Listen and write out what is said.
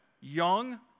young